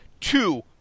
two